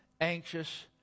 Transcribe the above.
anxious